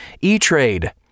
E-Trade